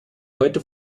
heute